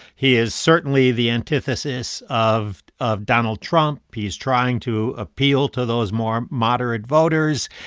he is certainly the antithesis of of donald trump. he's trying to appeal to those more moderate voters.